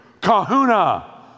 kahuna